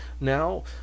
Now